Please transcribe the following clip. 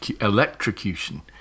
electrocution